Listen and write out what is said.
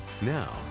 Now